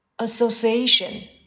Association